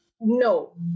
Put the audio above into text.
no